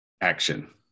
action